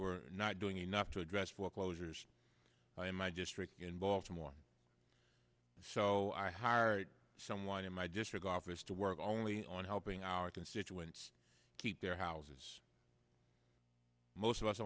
were not doing enough to address foreclosures i am i just rick in baltimore so i hired someone in my district office to work only on helping our constituents keep their houses most of us